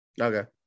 Okay